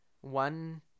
one